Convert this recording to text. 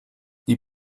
die